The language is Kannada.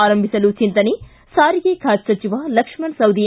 ಆರಂಭಿಸಲು ಚಿಂತನೆ ಸಾರಿಗೆ ಖಾತೆ ಸಚಿವ ಲಕ್ಷ್ಮಣ ಸವದಿ